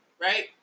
right